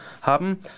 haben